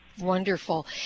wonderful